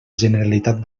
generalitat